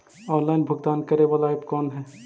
Online भुगतान करे बाला ऐप कौन है?